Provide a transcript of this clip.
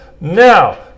Now